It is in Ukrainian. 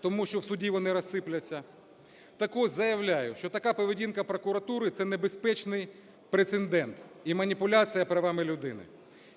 тому що в суді вони розсиплються. Так ось заявляю, що така поведінка прокуратури – це небезпечний прецедент і маніпуляція правами людини.